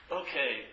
okay